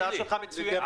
ההצעה שלך מצוינת.